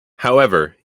however